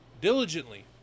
diligently